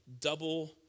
double